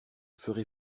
ferai